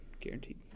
guaranteed